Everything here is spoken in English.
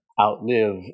outlive